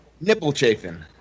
Nipple-chafing